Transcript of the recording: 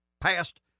passed